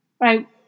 right